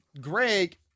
Greg